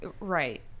Right